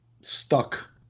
stuck